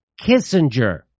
Kissinger